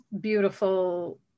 beautiful